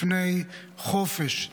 לפני חופש,